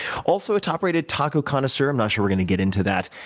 also a top-rated taco connoisseur i'm not sure we're going to get into that,